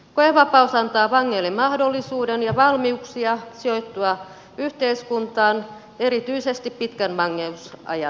koevapaus antaa vangeille mahdollisuuden ja valmiuksia sijoittua yhteiskuntaan erityisesti pitkän vankeusajan jälkeen